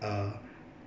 uh